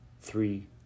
three